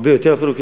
הרבה יותר אפילו,